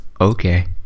okay